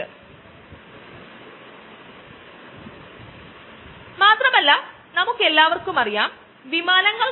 800 മുതൽ 1000 കിലോ ആമായാശയം വേണ്ടി വരും ഒരു 100 ഗ്രാം ഇൻസുലിൻ ഉത്പാദിപ്പിക്കാൻ അത് വളരെ ചെറിയ ഒരു യൂണിറ്റ് ആണ്